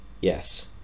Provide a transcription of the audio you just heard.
Yes